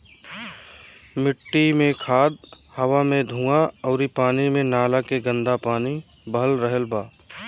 मिट्टी मे खाद, हवा मे धुवां अउरी पानी मे नाला के गन्दा पानी बह रहल बा